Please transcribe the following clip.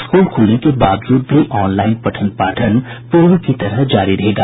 school खुलने के बावजूद भी ऑनलाईन पठन पाठन पूर्व की तरह जारी रहेगा